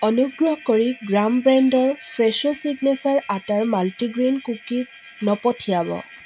অনুগ্ৰহ কৰি গ্ৰাম ব্ৰেণ্ডৰ ফ্ৰেছো ছিগনেচাৰ আটাৰ মাল্টিগ্ৰেইন কুকিজ নপঠিয়াব